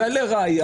לראיה